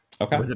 Okay